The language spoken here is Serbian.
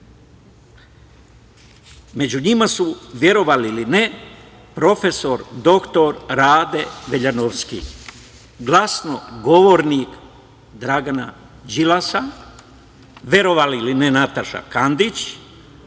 Među njima su, verovali ili ne, prof. dr Rade Veljanovski, glasnogovornik Dragana Đilasa, verovali ili ne, Nataša Kandić